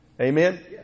Amen